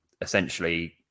essentially